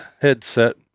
headset